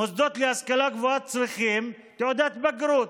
מוסדות להשכלה גבוהה צריכים תעודת בגרות,